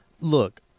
look